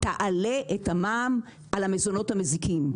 תעלה את המע"מ על המזונות המזיקים.